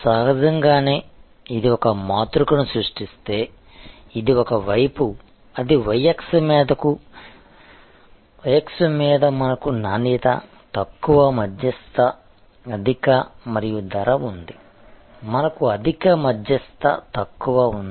సహజంగానే ఇది ఒక మాతృకను సృష్టిస్తే ఇది ఒక వైపు అది y అక్షం మీద మనకు నాణ్యత తక్కువ మధ్యస్థ అధిక మరియు ధర ఉంది మనకు అధిక మధ్యస్థ తక్కువ ఉంది